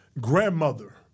grandmother